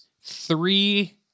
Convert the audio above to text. three